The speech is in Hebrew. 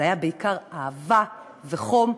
זה היה בעיקר אהבה וחום,